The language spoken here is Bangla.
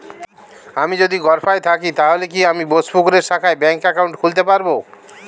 আমি যদি গরফায়ে থাকি তাহলে কি আমি বোসপুকুরের শাখায় ব্যঙ্ক একাউন্ট খুলতে পারবো?